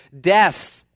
death